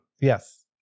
Yes